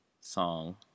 song